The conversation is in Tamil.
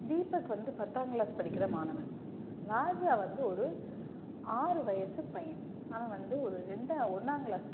தீபக் வந்து பத்தாங் கிளாஸ் படிக்கிற மாணவன் ராஜா வந்து ஒரு ஆறு வயசு பையன் அவன் வந்து ஒரு ரெண்டா ஒன்னாம்கிளாஸ்